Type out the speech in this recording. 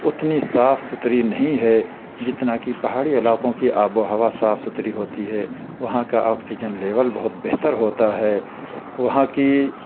اتنی صاف ستھری نہیں ہے جتنا کہ پہاڑی علاقوں کی آب و ہوا صاف ستھری ہوتی ہے وہاں کا آکسیجن لیول بہت بہتر ہوتا ہے وہاں کی